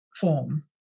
form